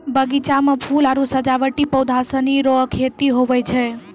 बगीचा मे फूल आरु सजावटी पौधा सनी रो खेती हुवै छै